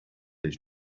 his